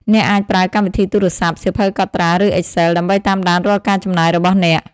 អ្នកអាចប្រើកម្មវិធីទូរស័ព្ទ សៀវភៅកត់ត្រា ឬ Excel ដើម្បីតាមដានរាល់ការចំណាយរបស់អ្នក។